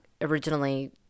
originally